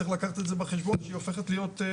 צריך לקחת את זה בחשבון זה הופך להיות קריטי.